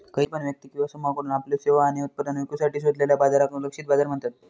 खयची पण व्यक्ती किंवा समुहाकडुन आपल्यो सेवा आणि उत्पादना विकुसाठी शोधलेल्या बाजाराक लक्षित बाजार म्हणतत